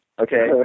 Okay